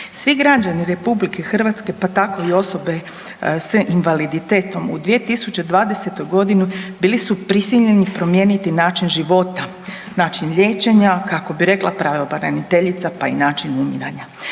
Svi građani RH pa tako i osobe s invaliditetom u 2020. godini bili su prisiljeni promijeniti način života, način liječenja, kako bi rekla pravobraniteljica pa i način umiranja,